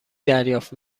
دریافت